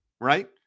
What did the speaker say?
right